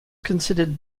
considered